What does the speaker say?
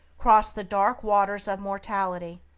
cross the dark waters of mortality,